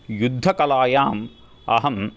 युद्धकलायाम् अहम्